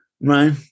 right